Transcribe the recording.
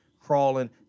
crawling